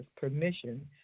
permission